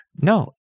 No